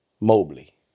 Mobley